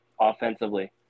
offensively